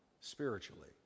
spiritually